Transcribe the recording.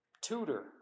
tutor